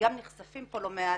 וגם נחשפים פה לא מעט.